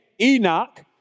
Enoch